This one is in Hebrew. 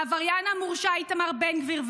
העבריין המורשע איתמר בן גביר,